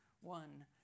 one